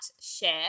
Share